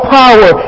power